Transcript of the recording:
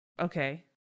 okay